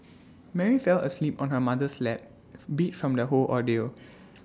Mary fell asleep on her mother's lap beat from the whole ordeal